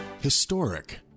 Historic